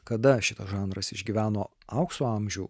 kada šitas žanras išgyveno aukso amžių